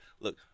Look